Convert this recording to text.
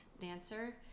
dancer